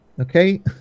Okay